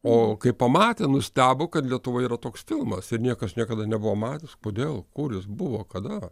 o kai pamatė nustebo kad lietuvoje yra toks filmas ir niekas niekada nebuvo matęs todėl kur jis buvo kada